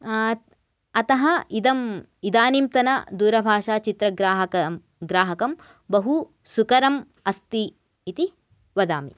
अतः इदम् इदानीं तन दूरभाषाचित्रग्राहक ग्राहकं बहु सुकरम् अस्ति इति वदामि